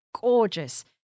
gorgeous